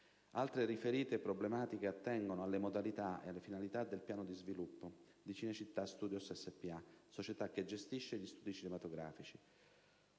Altre riferite problematiche attengono alle modalità e alle finalità del piano di sviluppo di Cinecittà Studios SpA, società che gestisce gli studi cinematografici.